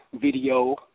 video